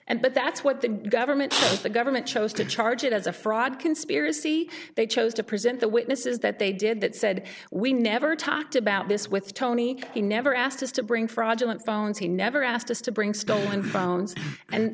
and but that's what the government the government chose to charge it as a fraud conspiracy they chose to present the witnesses that they did that said we never talked about this with tony he never asked us to bring fraudulent phones he never asked us to bring stolen phones and